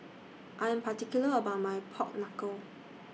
I'm particular about My Pork Knuckle